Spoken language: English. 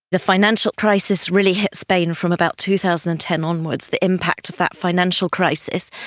the financial crisis really hit spain from about two thousand and ten onwards, the impact of that financial crisis,